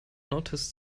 noticed